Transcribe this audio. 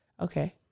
Okay